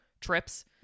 trips